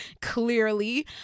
clearly